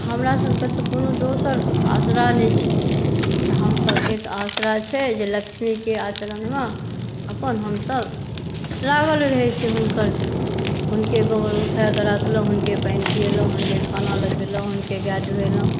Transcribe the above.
हमरा सबकेँ तऽ कोनो दोसर आसरा नहि छै तऽ हमसब एक आसरा छै जे लक्ष्मीके आचरणमे अपन हमसब लागल रहै छी हुनकर हुनके गोबर उठाए कऽ राखलहुॅं हुनके पानि पिएलहुॅं हुनके खाना लगेलहुॅं हुनके गाय धुवेलौं